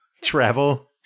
Travel